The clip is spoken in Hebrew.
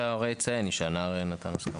שההורה ידע שהנער נתן הסכמה.